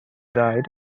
died